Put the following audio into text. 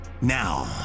Now